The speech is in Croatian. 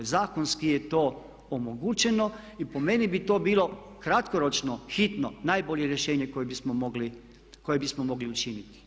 Zakonski je to omogućeno i po meni bi to bilo kratkoročno hitno, najbolje rješenje koje bismo mogli učiniti.